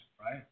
right